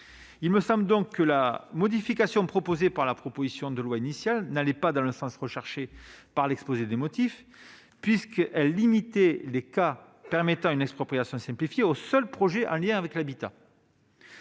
simplifiée. La modification proposée dans la proposition de loi initiale n'allait pas dans le sens présenté dans l'exposé des motifs, puisqu'elle limitait les cas permettant une expropriation simplifiée aux seuls projets en lien avec l'habitat.